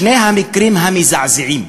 שני המקרים המזעזעים,